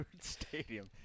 Stadium